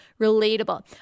relatable